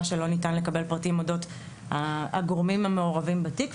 שלא ניתן לקבל פרטים אודות הגורמים המעורבים בתיק,